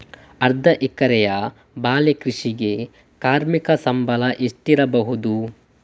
ಅರ್ಧ ಎಕರೆಯ ಬಾಳೆ ಕೃಷಿಗೆ ಕಾರ್ಮಿಕ ಸಂಬಳ ಒಟ್ಟು ಎಷ್ಟಿರಬಹುದು?